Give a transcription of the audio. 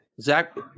Zach